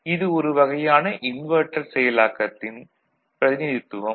இது ஒரு வகையான இன்வெர்ட்டர் செயலாக்கத்தின் பிரதிநிதித்துவம்